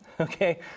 okay